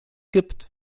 gibt